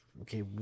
Okay